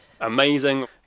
amazing